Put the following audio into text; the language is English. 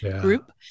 group